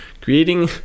creating